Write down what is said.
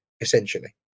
essentially